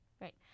right